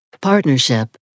partnership